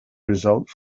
result